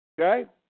Okay